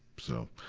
so,